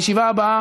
כל הכבוד.